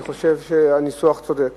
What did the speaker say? אני חושב שהניסוח צודק